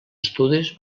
estudis